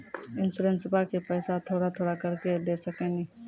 इंश्योरेंसबा के पैसा थोड़ा थोड़ा करके दे सकेनी?